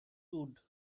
wood